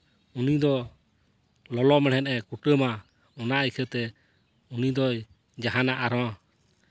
ᱩᱱᱤ ᱫᱚ ᱞᱚᱞᱚ ᱢᱮᱬᱦᱮᱫ ᱮ ᱠᱩᱴᱟᱹᱢᱟ ᱚᱱᱟ ᱤᱭᱠᱷᱟᱹ ᱛᱮ ᱩᱱᱤ ᱫᱚᱭ ᱡᱟᱦᱟᱱᱟᱜ ᱟᱨᱚ